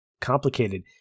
complicated